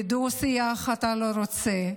בדו-שיח, אתה לא רוצה,